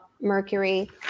Mercury